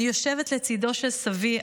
אני יושבת לצידו של סבי,